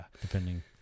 depending